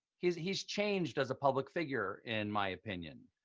he's he's changed as a public figure, in my opinion,